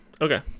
Okay